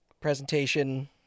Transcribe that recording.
presentation